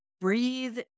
breathe